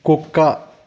కుక్క